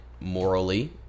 morally